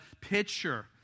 picture